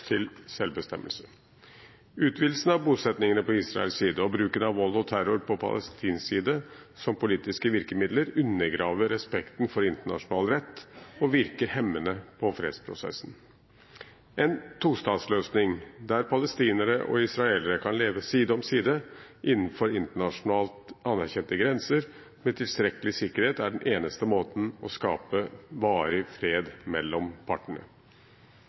til selvbestemmelse. Utvidelsen av bosettingene på Israels side og bruken av vold og terror på palestinsk side som politiske virkemidler undergraver respekten for internasjonal rett og virker hemmende på fredsprosessen. En tostatsløsning der palestinere og israelere kan leve side om side innenfor internasjonalt anerkjente grenser med tilstrekkelig sikkerhet, er den eneste måten å skape varig fred mellom partene